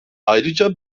ayrıca